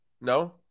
No